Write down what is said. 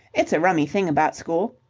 it's a rummy thing about school.